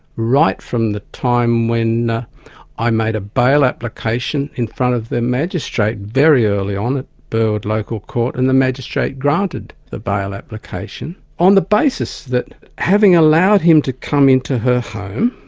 right from the time when i made a bail application in front of the magistrate, very early on at burwood local court, and the magistrate granted the bail application on the basis that having allowed him to come into her home,